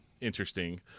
interesting